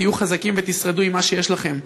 תהיו חזקים ותשרדו עם מה שיש לכם.